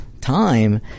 time